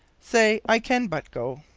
say, i can but go.